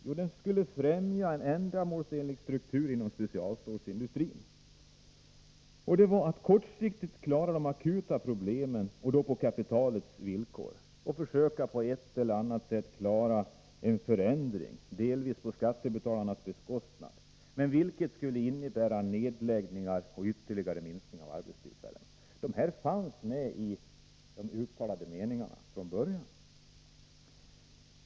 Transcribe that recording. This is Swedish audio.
Jo, den skulle främja en ändamålsenlig struktur inom specialstålsindustrin, kortsiktigt klara de akuta problemen — och det på kapitalets villkor — och på ett eller annat sätt försöka åstadkomma en förändring, delvis på skattebetalarnas bekostnad, vilket skulle innebära nedläggningar och ytterligare minskning av antalet arbetstillfällen. De här inslagen fanns med bland de uttalade avsikterna från början.